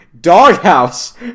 doghouse